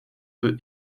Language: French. peu